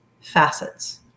facets